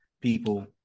people